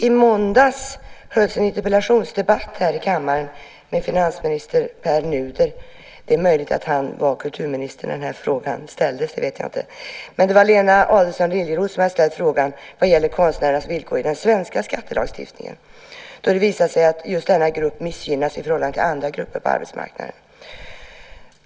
I måndags hölls en interpellationsdebatt här i kammaren med finansminister Pär Nuder - möjligen var han kulturminister då frågan ställdes; det vet jag inte. Lena Adelsohn Liljeroth hade frågat om konstnärernas villkor i den svenska skattelagstiftningen eftersom det visat sig att just denna grupp missgynnas i förhållande till andra grupper på arbetsmarknaden.